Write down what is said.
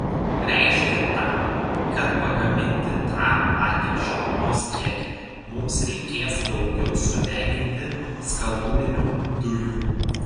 reiškia tam kad pagaminti tą patį šilumos kiekį mums reikės daugiau sudeginti skalūninių dujų